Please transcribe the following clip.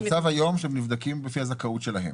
--- המצב היום הוא שהם נבדקים לפי הזכאות שלהם.